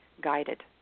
guided